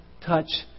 touch